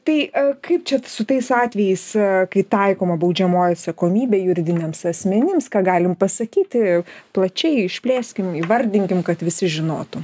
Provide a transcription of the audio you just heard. tai kaip čia su tais atvejais kai taikoma baudžiamoji atsakomybė juridiniams asmenims ką galim pasakyti plačiai išplėskim įvardinkim kad visi žinotų